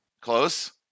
Close